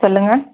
சொல்லுங்கள்